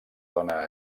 dona